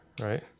right